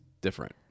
different